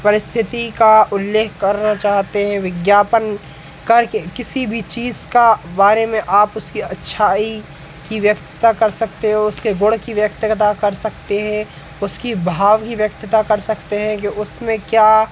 परिस्थिति का उल्लेख करना चाहते हैं विज्ञापन करके किसी भी चीज का बारे में आप उसकी अच्छाई की व्यक्तता कर सकते हो उसके गुण की व्यक्तता कर सकते हैं उसकी भाव की व्यक्तता कर सकते हैं कि उसमें क्या